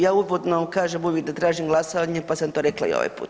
Ja uvodno kažem uvijek da tražim glasovanje pa sam to rekla i ovaj put.